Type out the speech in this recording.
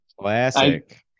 Classic